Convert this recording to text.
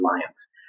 Alliance